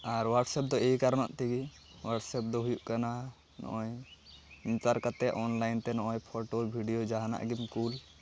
ᱟᱨ WhatsApp ᱫᱚ ᱮᱭ ᱠᱟᱨᱱᱟᱜ ᱛᱮᱜᱮ ᱳᱣᱟᱴᱥᱮᱯ ᱫᱚ ᱦᱩᱭᱩᱜ ᱠᱟᱱᱟ ᱦᱚᱜᱼᱚᱭ ᱱᱮᱛᱟᱨ ᱠᱟᱛᱮᱫ ᱚᱱᱞᱟᱭᱤᱱᱛᱮ ᱱᱚᱜᱼᱚᱭ ᱯᱷᱚᱴᱳ ᱵᱷᱤᱰᱤᱭᱳ ᱡᱮᱢᱚᱱ ᱡᱟᱦᱟᱱᱟᱜ ᱜᱮᱢ ᱠᱩᱞ